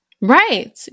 right